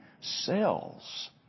cells